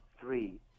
three